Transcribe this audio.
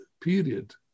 period